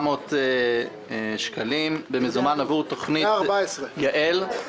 אלפי שקלים במזומן עבור תוכנית יע"ל,